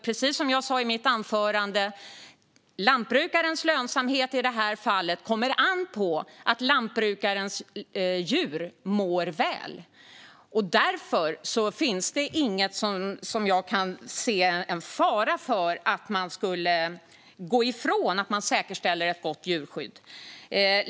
Precis som jag sa i mitt anförande kommer lantbrukarens lönsamhet an på att lantbrukarens djur mår väl. Därför kan jag inte se att det finns en fara för att man skulle gå ifrån att säkerställa ett gott djurskydd.